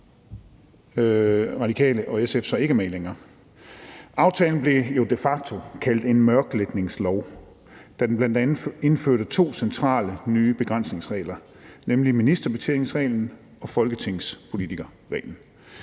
Radikale og SF så ikke er med i længere. Aftalen blev jo kaldt en mørklægningslov, da den bl.a. indførte to centrale nye begrænsningsregler, nemlig ministerbetjeningsreglen og folketingspolitikerreglen.